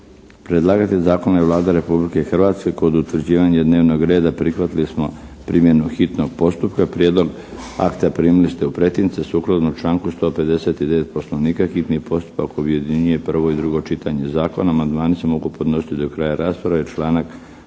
Predlagatelj zakona je Vlada Republike Hrvatske. Kod utvrđivanja dnevnog reda prihvatili smo primjenu hitnog postupka. Prijedlog akta primili ste u pretince. Sukladno članku 159. Poslovnika hitni postupak objedinjuje prvo i drugo čitanje zakona. Amandmani se mogu podnositi do kraja rasprave članak